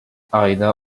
aida